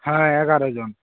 হ্যাঁ এগারো জন